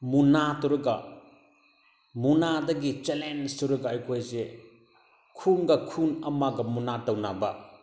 ꯃꯨꯛꯅꯥ ꯇꯧꯔꯒ ꯃꯨꯛꯅꯥꯗꯒꯤ ꯆꯦꯂꯦꯟꯖ ꯇꯧꯔꯒ ꯑꯩꯈꯣꯏꯁꯦ ꯈꯨꯟꯒ ꯈꯨꯟ ꯑꯃꯒ ꯃꯨꯛꯅꯥ ꯇꯧꯅꯕ